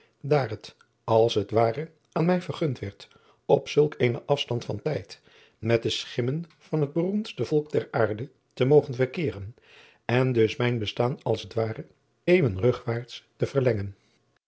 aurits ijnslager als het ware aan mij vergund werd op zulk eenen afstand van tijd met de schimmen van het beroemdste volk der aarde te mogen verkeeren en dus mijn bestaan als het ware eeuwen rugwaarts te verlengen